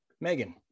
Megan